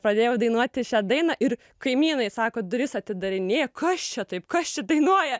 pradėjau dainuoti šią dainą ir kaimynai sako duris atidarinėja kas čia taip kas čia dainuoja